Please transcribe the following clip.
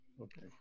Okay